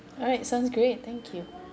alright sounds great thank you